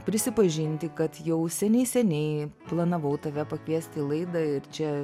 prisipažinti kad jau seniai seniai planavau tave pakviest į laidą ir čia